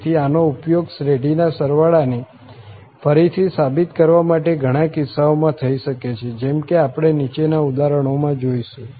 તેથી આનો ઉપયોગ શ્રેઢીના સરવાળાને ફરીથી સાબિત કરવા માટે ઘણા કિસ્સાઓમાં થઈ શકે છે જેમ કે આપણે નીચેના ઉદાહરણોમાં જોઈશું